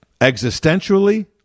existentially